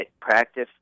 practice